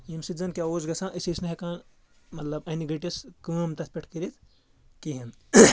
ییٚمہِ سۭتۍ زَن کیاہ اوس گژھان أسۍ ٲسۍ نہٕ ہؠکان مطلب اَنہِ گٔٹِس کٲم تَتھ پؠٹھ کٔرِتھ کِہیٖنۍ نہٕ